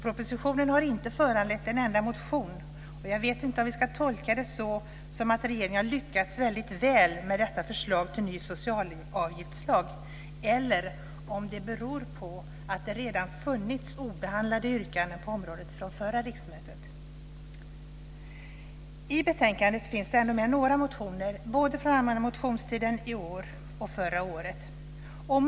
Propositionen har inte föranlett en enda motion. Jag vet inte om vi ska tolka det som att regeringen har lyckats väldigt väl med detta förslag eller om det beror på att det redan funnits obehandlade yrkanden på området från förra riksmötet. I betänkandet finns det ändå med några motioner, både från allmänna motionstiden i år och från förra året.